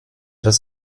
das